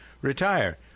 retire